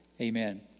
Amen